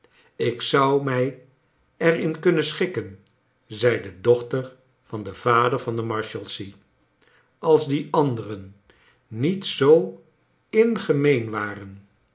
ik zou mij er in kunnen schikken zei de dochtervan den vader van de marshalsea als die anderen niet zoo in gemeen waren